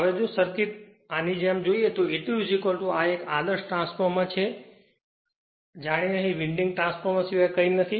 હવે જો સર્કિટ આની જેમ જોઈએ તો આ E2 આ એક આદર્શ ટ્રાન્સફોર્મર છે જાણે અહીં વિન્ડિંગ સિવાય કંઈ નથી